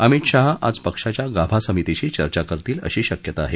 अमित शाह आज पक्षाच्या गाभा समितीशी चर्चा करतील अशी शक्यता आहे